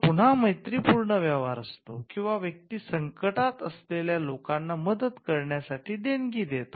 जो पुन्हा मैत्रीपूर्ण व्यवहार असतो किंवा व्यक्ती संकटात असलेल्या लोकांना मदत करण्यासाठी देणगी देतो